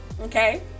okay